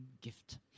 gift